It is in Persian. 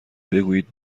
بگویید